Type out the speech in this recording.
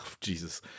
Jesus